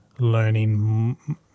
learning